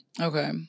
Okay